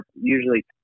usually